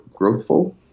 Growthful